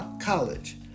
College